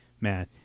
man